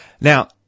Now